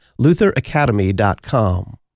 lutheracademy.com